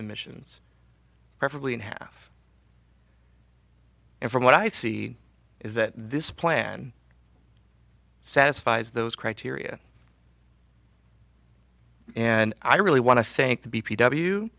emissions preferably in half and from what i see is that this plan satisfies those criteria and i really want to